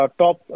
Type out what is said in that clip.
top